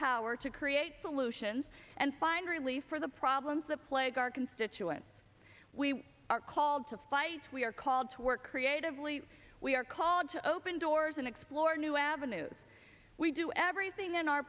power to create solutions and find relief for the problems that plague our constituents we are called to fight we are called to work creatively we are called to open doors and explore new avenues we do everything in our